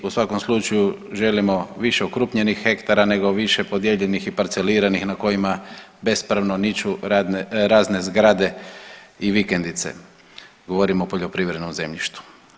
U svakom slučaju želimo više okrupnjenih hektara nego više podijeljenih i parceliranih na kojima bespravno niču razne zgrade i vikendice, govorim o poljoprivrednom zemljištu.